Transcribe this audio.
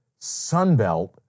sunbelt